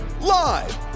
live